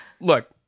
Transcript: look